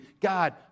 God